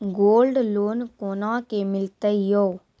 Gold loan कोना के मिलते यो?